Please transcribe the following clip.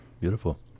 beautiful